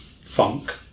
funk